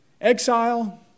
Exile